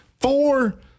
Four